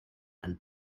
and